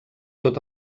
tot